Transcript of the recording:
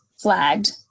flagged